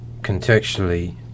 contextually